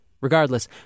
Regardless